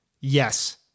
yes